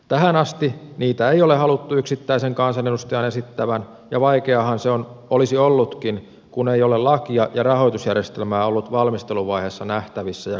tähän asti niitä ei ole haluttu yksittäisen kansanedustajan esittävän ja vaikeaahan se olisi ollutkin kun ei ole lakia ja rahoitusjärjestelmää ollut valmisteluvaiheessa nähtävissä ja kommentoitavissa